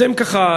אתם ככה,